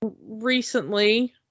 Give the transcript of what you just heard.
recently